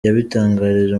yabitangarije